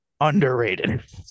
underrated